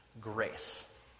grace